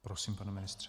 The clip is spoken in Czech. Prosím, pane ministře.